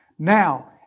Now